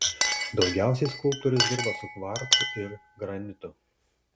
daugiausiai skulptorius dirba su kvarcu ir granitu